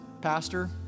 pastor